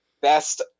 Best